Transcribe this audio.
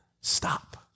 Stop